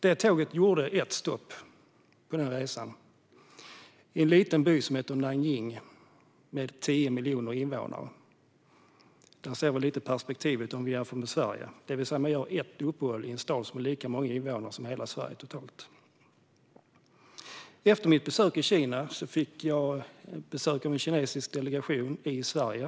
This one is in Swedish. Det tåget gjorde ett stopp på resan i en stad som heter Nanjing med 10 miljoner invånare. Man får då lite perspektiv, det vill säga att man gör ett uppehåll i en stad som har lika många invånare som hela Sverige. Efter mitt besök i Kina fick jag besök av en kinesisk delegation i Sverige.